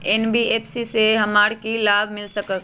NBFC से हमार की की लाभ मिल सक?